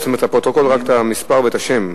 לפרוטוקול רק את המספר ואת השם.